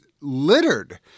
littered